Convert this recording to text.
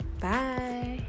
bye